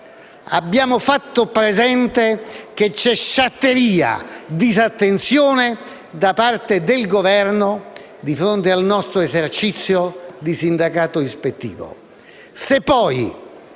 abbiamo fatto presente che c'è sciatteria e disattenzione da parte del Governo di fronte al nostro esercizio di sindacato ispettivo.